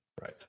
right